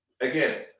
Again